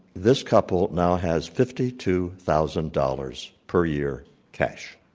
this couple now has fifty two thousand dollars per year cash.